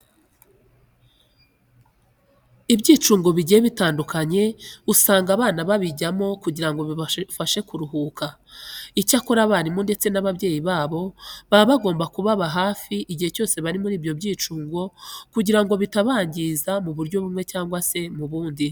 Ibyicungo bigiye bitandukanye usanga abana babijyamo kugira ngo bibafashe kuruhuka. Icyakora abarimu ndetse n'ababyeyi babo baba bagomba kubaba hafi igihe cyose bari muri ibi byicungo kugira ngo bitabangiza mu buryo bumwe cyangwa se mu bundi.